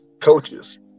coaches